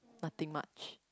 nothing much